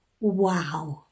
Wow